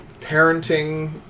parenting